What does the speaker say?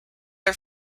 are